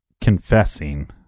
confessing